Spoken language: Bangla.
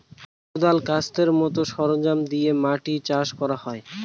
কোঁদাল, কাস্তের মতো সরঞ্জাম দিয়ে মাটি চাষ করা হয়